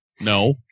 no